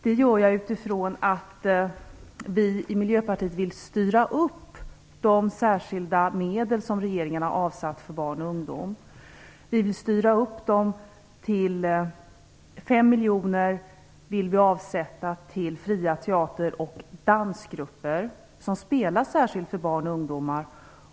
Det gör jag utifrån att vi i Miljöpartiet vill styra upp de särskilda medel som regeringen har avsatt för barn och ungdom. Vi vill avsätta 5 miljoner till fria teater och dansgrupper som spelar särskilt för barn och ungdomar.